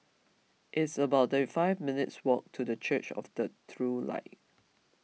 it's about thirty five minutes' walk to Church of the True Light